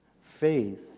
Faith